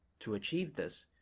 to achieve this,